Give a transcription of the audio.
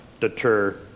deter